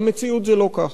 במציאות זה לא כך.